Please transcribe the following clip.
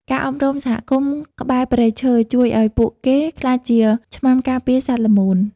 ការអប់រំសហគមន៍ក្បែរព្រៃឈើ ជួយឱ្យពួកគេក្លាយជាឆ្មាំការពារសត្វល្មូន។